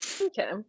okay